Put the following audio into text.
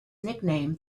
nickname